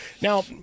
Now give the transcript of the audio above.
Now